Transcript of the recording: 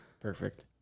Perfect